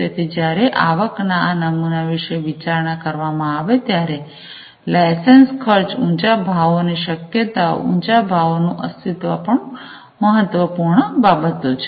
તેથી જ્યારે આવક ના નમૂના વિષે વિચારણા કરવામાં આવે ત્યારે લાઇસન્સ ખર્ચ ઊંચા ભાવો ની શક્યતાઓ ઊંચા ભાવો નું અસ્તિત્વ પણ મહાતવપૂર્ણ બાબતો છે